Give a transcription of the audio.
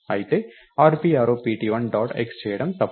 అయితే rp arrow pt1 dot x చేయడం తప్పు